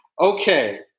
Okay